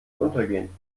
untergehen